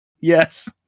Yes